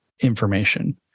information